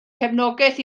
cefnogaeth